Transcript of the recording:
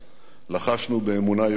לחשנו באמונה יוקדת,